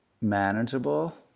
manageable